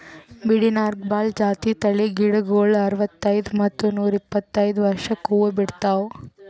ಬಿದಿರ್ನ್ಯಾಗ್ ಭಾಳ್ ಜಾತಿ ತಳಿ ಗಿಡಗೋಳು ಅರವತ್ತೈದ್ ಮತ್ತ್ ನೂರ್ ಇಪ್ಪತ್ತೈದು ವರ್ಷ್ಕ್ ಹೂವಾ ಬಿಡ್ತಾವ್